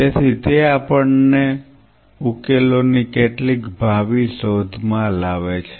તેથી તે આપણને ઉકેલોની કેટલીક ભાવિ શોધમાં લાવે છે